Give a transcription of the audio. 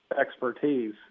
expertise